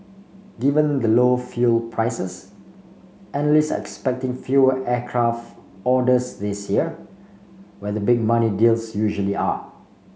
given the low fuel prices analysts are expecting fewer aircraft orders this year where the big money deals usually are